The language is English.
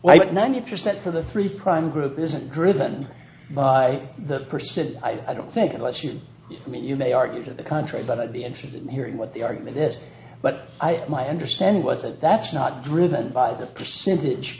like ninety percent for the three prime group isn't driven by the person i don't think unless you mean you may argue to the contrary but i'd be interested in hearing what the argument is but i my understanding was that that's not driven by the percentage